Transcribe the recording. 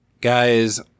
guys